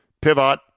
pivot